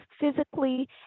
physically